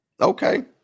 Okay